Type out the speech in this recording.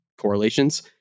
correlations